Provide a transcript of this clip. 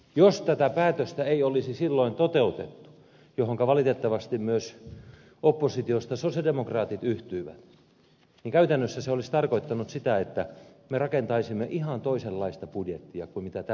jos tätä päätöstä ei olisi silloin toteutettu johonka valitettavasti oppositiosta myös sosialidemokraatit yhtyivät niin käytännössä se olisi tarkoittanut sitä että me rakentaisimme ihan toisenlaista budjettia kuin mitä tällä hetkellä tehdään